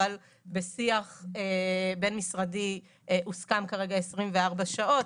אבל בשיח בין משרדי הוסכם כרגע על 24 שעות,